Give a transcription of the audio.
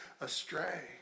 astray